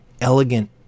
elegant